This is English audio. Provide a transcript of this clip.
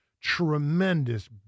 tremendous